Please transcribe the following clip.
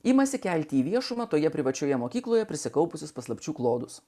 imasi kelti į viešumą toje privačioje mokykloje prisikaupusius paslapčių klodus